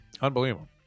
Unbelievable